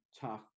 tough